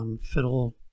Fiddle